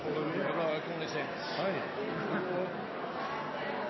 og då tenkjer eg på